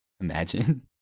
Imagine